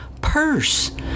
purse